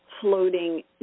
floating